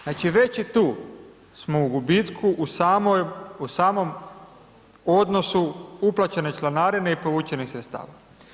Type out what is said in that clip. Znači, već i tu smo u gubitku u samom odnosu uplaćene članarine u povučenih sredstava.